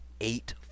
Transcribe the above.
eight